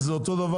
הצבעה לא אושר.